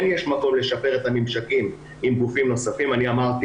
כן יש מקום לשפר את הממשקים עם גופים נוספים ואמרתי